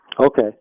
Okay